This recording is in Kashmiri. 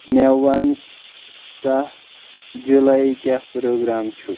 مےٚ ون ستھ جلاے کیاہ پروگرام چھُ